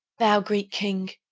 thou greek king,